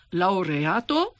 laureato